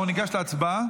אנחנו ניגש להצבעה.